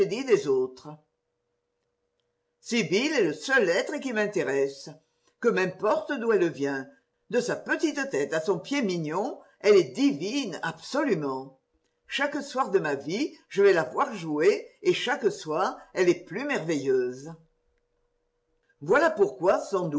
des autres sibyl est le seul être qui m'intéresse que m'importe d'où elle vient de sa petite tête à son pied mignon elle est divine absolument chaque soir de ma vie je vais la voir jouer et chaque soir elle est plus merveilleuse voilà pourquoi